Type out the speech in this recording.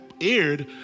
aired